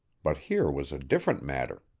but here was a different matter.